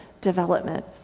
development